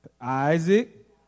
Isaac